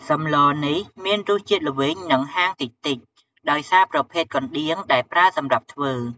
សម្លនេះមានរសជាតិល្វីង និងហាងតិចៗដោយសារប្រភេទកណ្ដៀងដែលប្រើសម្រាប់ធ្វើ។